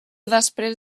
després